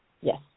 Yes